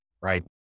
right